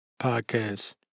podcast